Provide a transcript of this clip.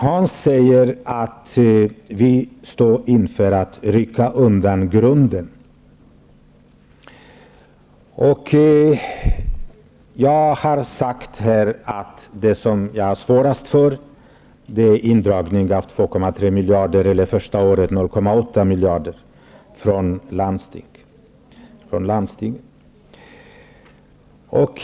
Hans Gustafsson säger att vi står inför att rycka undan grunden. Jag har här sagt att det som jag har svårast för är indragning av 2,3 miljarder, eller 0,8 miljarder det första året, från landstingen.